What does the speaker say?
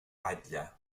batlle